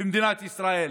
במדינת ישראל,